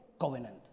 Covenant